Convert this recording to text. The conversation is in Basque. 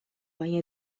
baina